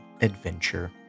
Adventure